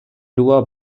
lua